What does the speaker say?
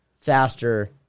faster